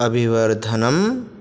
अभिवर्धनं